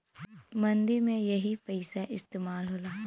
मंदी में यही पइसा इस्तेमाल होला